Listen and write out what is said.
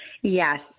Yes